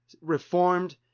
reformed